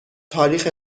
تاریخ